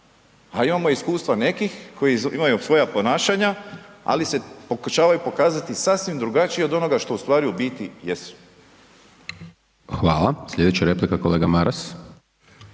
A imamo iskustva nekih koji imaju svoja ponašanja ali se pokušavaju pokazati sasvim drugačije od onoga što ustvari u biti jesu. **Hajdaš Dončić, Siniša (SDP)** Hvala.